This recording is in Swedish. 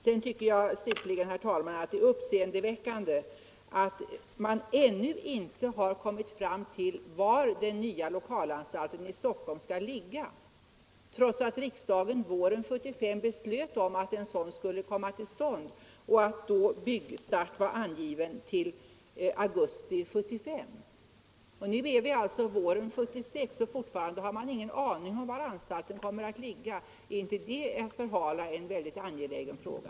Jag tycker slutligen, herr talman, att det är uppseendeväckande att man ännu inte har fått klarhet om var den nya lokalanstalten i Stockholm skall ligga, trots att riksdagen våren 1975 beslöt att en sådan skulle komma till stånd och att byggstarten då angavs till augusti 1975. Nu är det våren 1976, och fortfarande har man ingen aning om var anstalten skall ligga. Är inte det att förhala en mycket angelägen fråga?